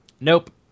Nope